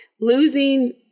losing